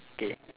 okay